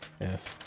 Yes